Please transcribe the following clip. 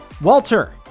Walter